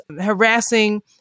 harassing